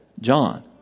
John